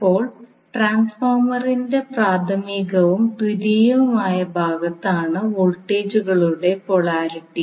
ഇപ്പോൾ ട്രാൻസ്ഫോർമറിന്റെ പ്രാഥമികവും ദ്വിതീയവുമായ ഭാഗത്താണ് വോൾട്ടേജുകളുടെ പൊളാരിറ്റി